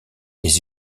les